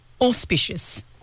auspicious